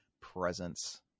presence